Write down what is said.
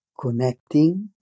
connecting